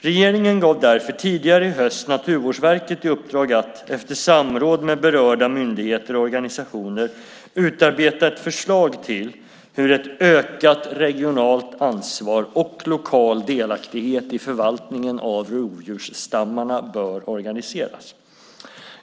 Regeringen gav därför tidigare i höst Naturvårdsverket i uppdrag att, efter samråd med berörda myndigheter och organisationer, utarbeta ett förslag till hur ett ökat regionalt ansvar och lokal delaktighet i förvaltningen av rovdjursstammarna bör organiseras.